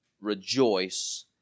rejoice